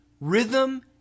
rhythm